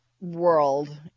world